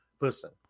listen